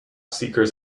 seekers